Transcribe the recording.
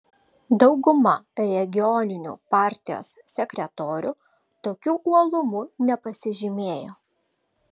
dauguma regioninių partijos sekretorių tokiu uolumu nepasižymėjo